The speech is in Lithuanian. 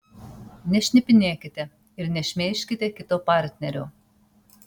nešnipinėkite ir nešmeižkite kito partnerio